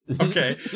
okay